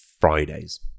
Fridays